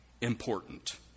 important